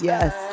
Yes